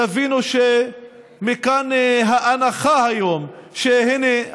תבינו מכאן את האנחה היום שהינה,